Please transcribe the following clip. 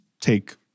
take